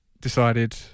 decided